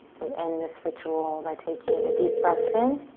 we end this ritual by taking a deep breath in.